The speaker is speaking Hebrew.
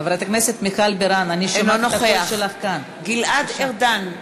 אינו נוכח גלעד ארדן,